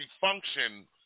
function